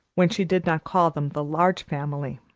when she did not call them the large family.